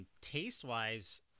Taste-wise